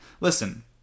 Listen